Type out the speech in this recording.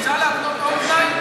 אפשר להתנות עוד תנאי,